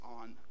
on